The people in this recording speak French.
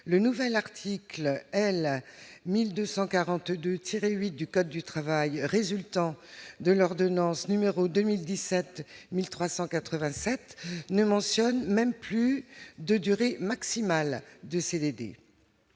le nouvel article L 1242 tiré 8 du code du travail résultant de l'ordonnance numéro 2000 17387 ne mentionne même plus de durée maximale des CDD